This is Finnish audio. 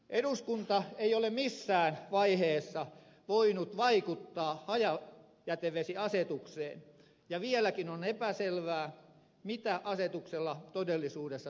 eduskunta ei ole missään vaiheessa voinut vaikuttaa hajajätevesiasetukseen ja vieläkin on epäselvää mitä asetuksella todellisuudessa tarkoitetaan